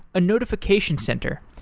a notification center,